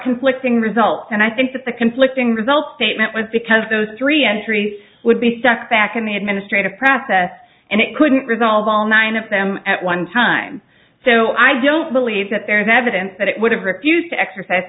conflicting results and i think that the conflicting results statement was because those three entries would be stuck back in the administrative process and it couldn't resolve all nine of them at one time so i don't believe that there is evidence that it would have refused to exercise